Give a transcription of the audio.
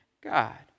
God